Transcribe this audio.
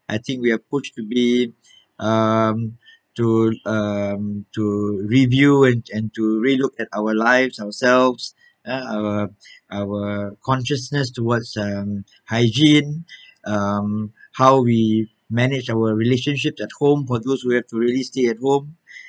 I think we are poached to be um to um to review and and to relook at our lives ourselves eh our our consciousness towards um hygiene um how we manage our relationships at home for those who have to really stay at home